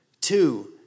Two